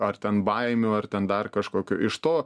ar ten baimių ar ten dar kažkokio iš to